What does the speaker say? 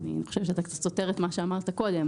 אני חושבת שאתה קצת סותר את מה שאמרת קודם.